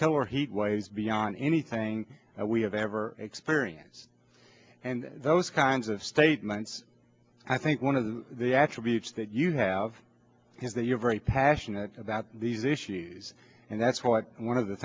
killer heat waves beyond anything we have ever experienced and those kinds of statements i think one of the attributes that you have is that you're very passionate about these issues and that's what one of the